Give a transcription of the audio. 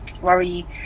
worry